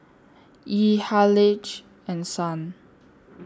Yee Haleigh and Stan